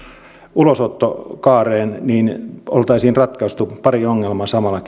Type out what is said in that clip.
ulosottokaareen näin oltaisiin ratkaistu pari ongelmaa samalla